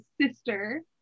sister